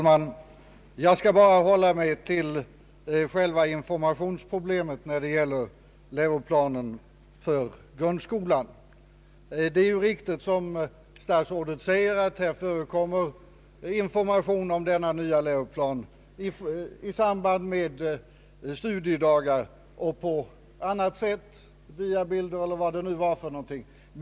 Herr talman! Jag skall hålla mig till själva informationsproblemet när det gäller läroplanen för grundskolan. Det är riktigt som statsrådet säger, att det förekommer information om den nya läroplanen i samband med studiedagar och på annat sätt — genom broschyrer, diabilder eller vad det nu är.